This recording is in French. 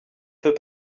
peux